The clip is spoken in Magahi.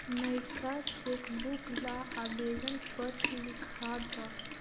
नएका चेकबुक ला आवेदन पत्र लिखा द